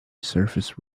surface